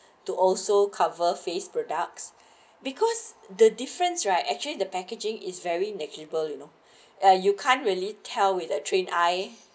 to also cover face products because the difference right actually the packaging is very negligible you know uh you can't really tell with a train I